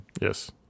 Yes